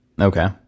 Okay